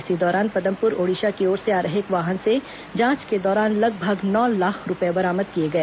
इसी दौरान पदमपुर ओडिशा की ओर से आ रहे एक वाहन से जांच के दौरान लगभग नौ लाख रूपये बरामद किए गए